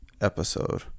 episode